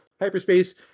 Hyperspace